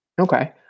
Okay